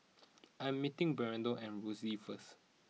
I'm meeting Bernardo at Rosyth first